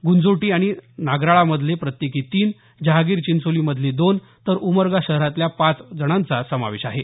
गुंजोटी आणि नागराळमधले प्रत्येकी तीन जहागीर चिंचोलीमधले दोन तर उमरगा शहरातल्या पाच जणांचा समावेश आहे